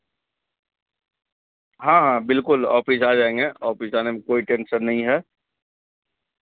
ہاں ہاں بالکل آفس آ جائیں گے آفس جانے میں کوئی ٹینشن نہیں ہے